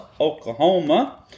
Oklahoma